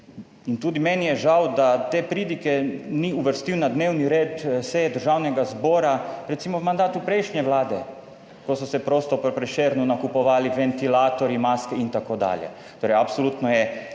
in tudi meni je žal, da te pridige ni uvrstil na dnevni red seje Državnega zbora, recimo v mandatu prejšnje vlade, ko so se prosto po Prešernu nakupovali ventilatorji, maske, itd. Torej, absolutno je